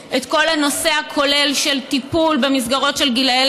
ומאוד יכול להיות שזה ייתר את הצורך שלי לשאול את השאלה,